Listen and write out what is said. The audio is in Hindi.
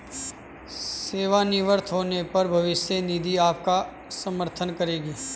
सेवानिवृत्त होने पर भविष्य निधि आपका समर्थन करेगी